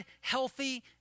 healthy